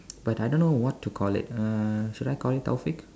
but I don't know what to call it uh should I call it Taufiq